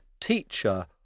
teacher